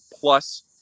plus